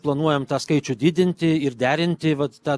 planuojam tą skaičių didinti ir derinti vat tą